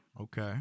Okay